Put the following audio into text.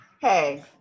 hey